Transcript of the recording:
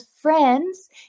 friends